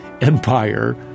empire